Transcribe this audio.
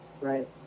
Right